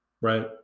Right